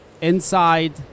inside